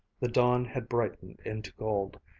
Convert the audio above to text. the dawn had brightened into gold,